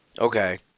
Okay